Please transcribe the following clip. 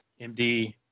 MD